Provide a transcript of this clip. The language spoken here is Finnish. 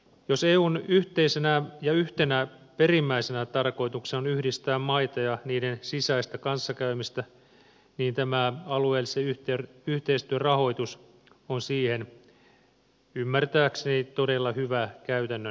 jos eun yhteisenä ja yhtenä perimmäisenä tarkoituksena on yhdistää maita ja niiden sisäistä kanssakäymistä niin tämä alueellisen yhteistyön rahoitus on siihen ymmärtääkseni todella hyvä käytännön väline